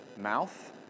mouth